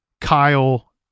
Kyle